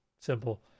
Simple